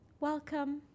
Welcome